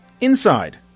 Inside